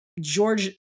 George